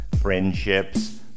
friendships